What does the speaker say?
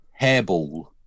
Hairball